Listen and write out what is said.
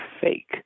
fake